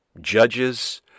judges